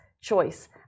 choice